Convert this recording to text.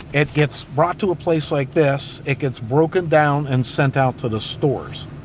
it gets brought to a place like this. it gets broken down and sent out to the stores.